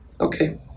Okay